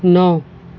نو